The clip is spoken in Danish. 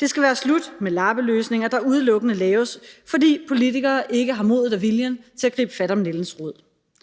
Det skal være slut med lappeløsninger, der udelukkende laves, fordi politikere ikke har modet og viljen til at gribe fat om nældens rod.